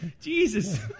Jesus